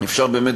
אפשר באמת